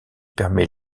permet